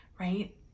right